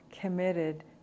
committed